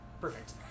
Perfect